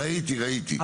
אני יודע, ראיתי, ראיתי.